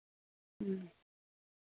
ᱦᱮᱸ